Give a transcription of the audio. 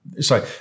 sorry